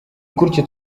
gutyo